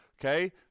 okay